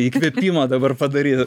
įkvėpimą dabar padaryt ir